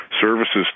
services